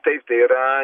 taip tai yra